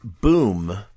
Boom